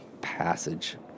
passage